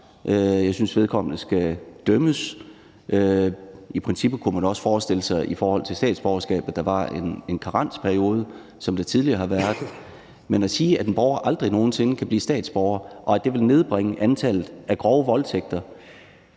skal straffes og skal dømmes. I princippet kunne man også forestille sig, at der i forhold til statsborgerskab var en karensperiode, som der tidligere har været. Men at sige, at en borger aldrig nogen sinde kan blive statsborger, og at det vil nedbringe antallet af grove voldtægter,